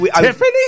Tiffany